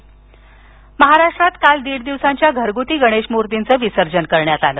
गणेश विसर्जन महाराष्ट्रात काल दीड दिवसांच्या घरगुती गणेश मूर्तीचं विसर्जन करण्यात आलं